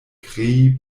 krei